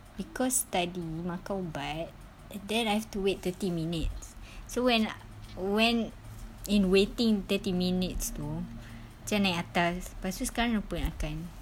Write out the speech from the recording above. because tadi makan ubat and then I have to wait thirty minutes so when i~ when in waiting thirty minutes tu macam naik atas pastu sekarang lupa nak makan